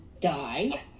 die